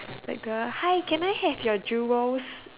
like the hi can I have your jewels